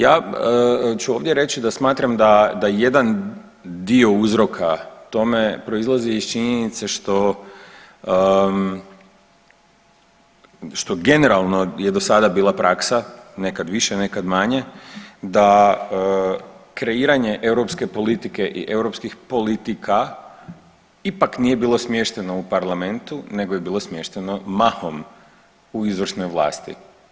Ja ću ovdje reći da smatram da, da jedan dio uzroka tome proizlazi iz činjenice što, što generalno je do sada bila praksa nekad više nekad manje da kreiranje europske politike i europskih politika ipak nije bilo smješteno u parlamentu nego je bilo smješteno mahom u izvršnoj vlasti.